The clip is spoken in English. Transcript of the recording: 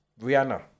Rihanna